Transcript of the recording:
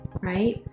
right